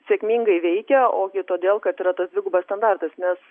sėkmingai veikia ogi todėl kad yra tas dvigubas standartas nes